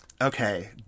Okay